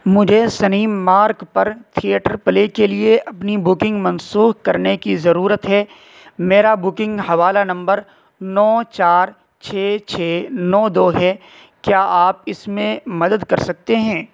مجھے Cinemark پر theatre play کے لیے اپنی بکنگ منسوخ کرنے کی ضرورت ہے میرا بکنگ حوالہ نمبر نو چار چھ چھ نو دو ہے کیا آپ اس میں مدد کر سکتے ہیں